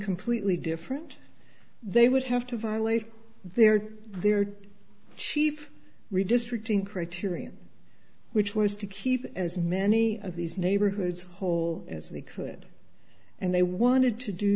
completely different they would have to violate their their chief redistricting criterion which was to keep as many of these neighborhoods whole as they could and they wanted to do